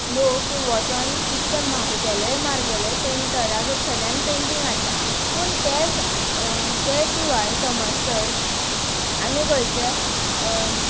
लोक वचोन कितके म्हारगेलें म्हारगेलें पेंटरा कडसरल्यान पेंटींग हाडटा पूण तेंच त्या शिवाय समज तर आमी खंयच्याय